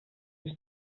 ich